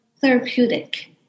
therapeutic